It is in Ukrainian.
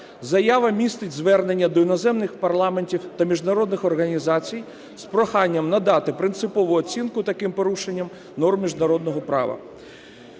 Заява містить звернення до іноземних парламентів та міжнародних організацій з проханням надати принципову оцінку таким порушенням норм міжнародного права.